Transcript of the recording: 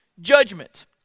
judgment